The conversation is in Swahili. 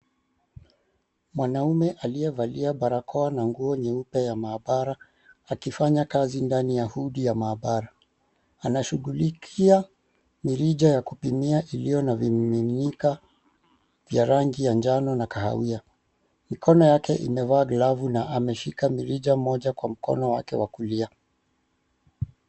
Mwanaume aliyevalia barakoa na nguo nyeupe ya maabara, akifanya kazi ndani ya hood ya maabara. Anashughulikia mirija ya kupimia iliyo na vimiminika vya rangi ya njano na kahawia. Mikono yake imevaa glavu na ameshika mirija moja kwa mkono wake wa kulia.